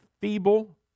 feeble